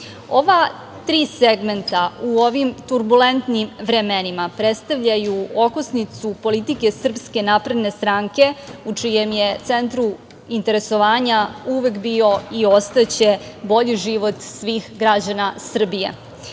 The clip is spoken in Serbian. tri segmenta u ovim turbulentnim vremenima predstavljaju okosnicu politike SNS u čijem je centru interesovanja uvek bio i ostaće bolji život svih građana Srbije. Danas